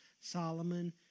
Solomon